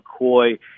McCoy